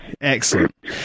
excellent